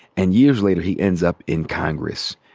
and years later he ends up in congress,